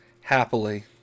happily